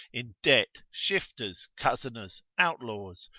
in debt, shifters, cozeners, outlaws,